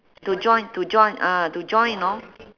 to join to join ah to join you know